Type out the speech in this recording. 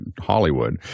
Hollywood